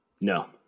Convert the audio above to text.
no